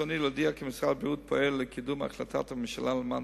ברצוני להודיע כי משרד הבריאות פועל לקידום החלטת ממשלה למען